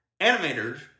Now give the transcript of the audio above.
animators